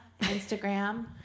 Instagram